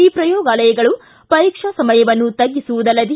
ಈ ಪ್ರಯೋಗಾಲಯಗಳು ಪರೀಕ್ಷೆ ಸಮಯವನ್ನು ತಗ್ಗಿಸುವುದಲ್ಲದೆ